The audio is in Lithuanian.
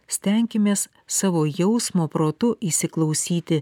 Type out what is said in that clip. stenkimės savo jausmo protu įsiklausyti